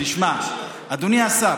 תשמע, אדוני השר,